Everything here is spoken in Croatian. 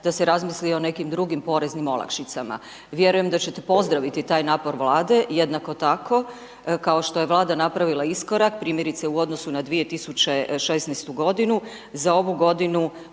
da se razmisli i o nekim drugim poreznim olakšicama. Vjerujem da ćete pozdraviti taj napor Vlade, jednako tako kao što je Vlada napravila iskorak, primjerice u odnosu na 2016. godinu, za ovu godinu